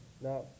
Now